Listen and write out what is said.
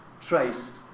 traced